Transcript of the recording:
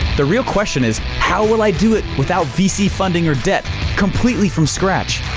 the real question is, how will i do it without vc funding or debt completely from scratch?